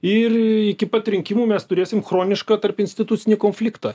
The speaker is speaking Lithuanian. ir iki pat rinkimų mes turėsim chronišką tarpinstitucinį konfliktą